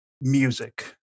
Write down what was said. music